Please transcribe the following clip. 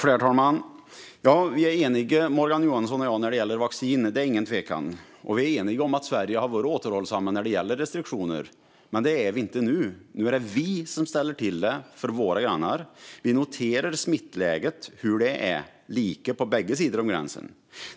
Herr talman! Morgan Johansson och jag är eniga när det gäller vaccin; det råder ingen tvekan om detta. Vi är också eniga om att Sverige har varit återhållsamt när det gäller restriktioner. Men det är Sverige inte nu - nu är det vi i Sverige som ställer till det för våra grannar. Smittläget är lika på bägge sidor om gränsen.